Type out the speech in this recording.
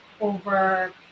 over